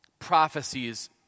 prophecies